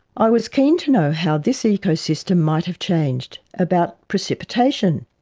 i was keen to know how this ecosystem might have changed, about precipitation,